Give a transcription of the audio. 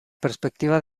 perspectiva